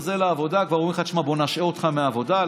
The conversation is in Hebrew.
חוזר לעבודה,